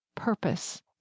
purpose